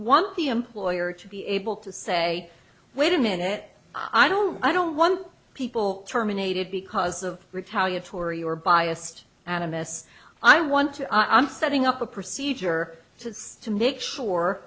want the employer to be able to say wait a minute i don't i don't want people terminated because of retaliatory or biased animus i want to i'm setting up a procedure to make sure